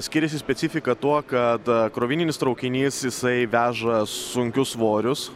skiriasi specifika tuo kad krovininis traukinys jisai veža sunkius svorius